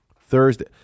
Thursday